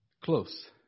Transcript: Close